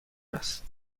است